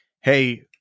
hey